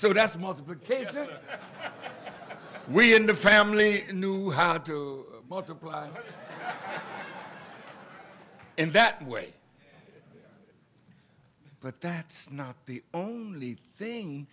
case that we in the family knew how to multiply and that way but that's not the only thing